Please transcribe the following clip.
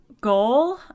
goal